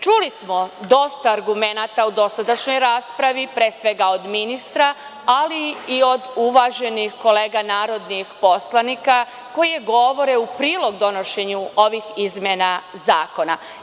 Čuli smo dosta argumenata u dosadašnjoj raspravi, pre svega od ministra, ali i od uvaženih kolega narodnih poslanika, koji govore u prilog donošenja ovih izmena zakona.